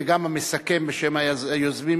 וגם המסכם בשם היוזמים,